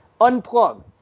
unplug